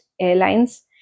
Airlines